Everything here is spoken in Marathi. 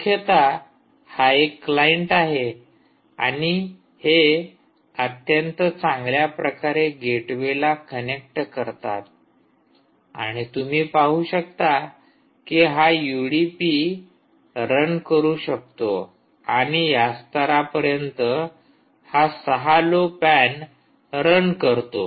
मुख्यतः हा एक क्लाइंट आहे आणि हे अत्यंत चांगल्या प्रकारे गेटवेला कनेक्ट करतात आणि तुम्ही पाहू शकता कि हा युडीपी रन करू शकतो आणि या स्तरापर्यंत हा ६ लो पॅन रन करतो